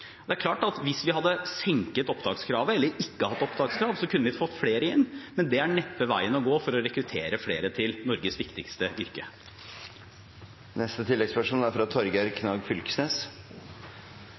Det er klart at hvis vi hadde senket opptakskravet eller ikke hatt opptakskrav, kunne vi fått flere inn, men det er neppe veien å gå for å rekruttere flere til Norges viktigste yrke. Torgeir Knag Fylkesnes – til oppfølgingsspørsmål. Det er